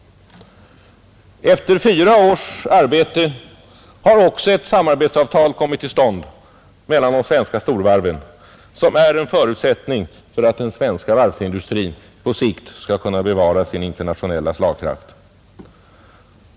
Efter fyra års arbete har även ett samarbetsavtal kommit till stånd mellan de svenska storvarven, vilket är en förutsättning för att den svenska varvsindustrin på sikt skall kunna bevara sin internationella slagkraft.